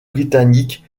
britanniques